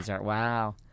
wow